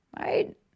right